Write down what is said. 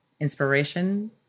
inspiration